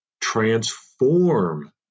transform